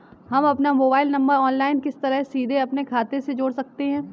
हम अपना mobile number online किस तरह सीधे अपने खाते में जोड़ सकते हैं?